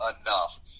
enough